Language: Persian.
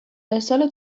ارسال